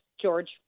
George